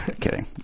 Kidding